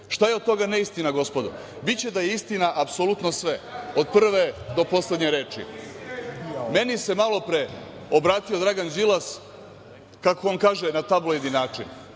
Šta je od toga neistina, gospodo? Biće da je istina apsolutno sve, od prve do poslednje reči. Meni se malopre obratio Dragan Đilas, kako on kaže, na tabloidni način.